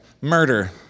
murder